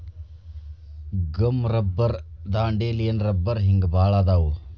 gum rubber dandelion ರಬ್ಬರ ಹಿಂಗ ಬಾಳ ಅದಾವ